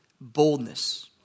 boldness